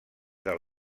del